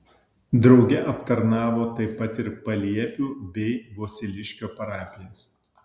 drauge aptarnavo taip pat ir paliepių bei vosiliškio parapijas